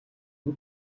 буй